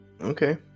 Okay